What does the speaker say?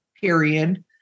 period